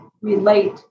relate